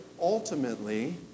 Ultimately